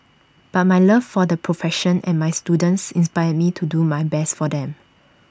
but my love for the profession and my students inspires me to do my best for them